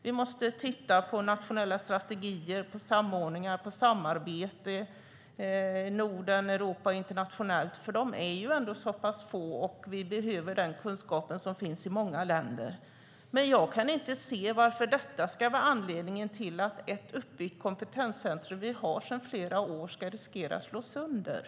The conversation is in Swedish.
Vi måste titta på nationella strategier, på samordning, på samarbete i Norden, Europa och internationellt över lag. De är ändå så pass få, och vi behöver den kunskap som finns i många länder. Men jag kan inte se varför detta ska vara anledningen till att ett uppbyggt kompetenscentrum som vi har sedan flera år ska riskera att slås sönder.